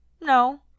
No